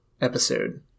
episode